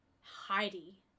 Heidi